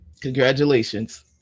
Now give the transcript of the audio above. congratulations